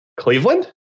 Cleveland